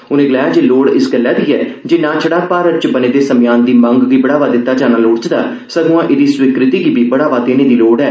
उनें गलाया जे लोड़ इस गल्लै दी ऐ जे नां छड़ा भारत च बने दे समेयान दी मंग गी बढ़ावा दित्ता जाना चाहिदा सगुआं एहदी स्वीकृति गी बी बढ़ावा देने दी लोड़ ऐ